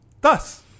Thus